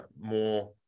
more